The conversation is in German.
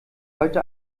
heute